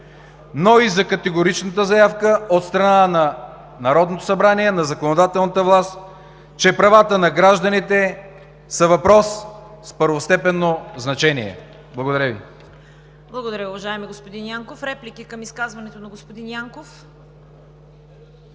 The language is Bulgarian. но и за категоричната заявка от страна на Народното събрание, на законодателната власт, че правата на гражданите са въпрос с първостепенно значение. Благодаря Ви. ПРЕДСЕДАТЕЛ ЦВЕТА КАРАЯНЧЕВА: Благодаря, уважаеми господин Янков. Реплики към изказването на господин Янков? Не виждам.